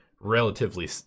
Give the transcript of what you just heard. relatively